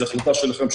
זו החלטה שלכם,